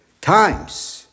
times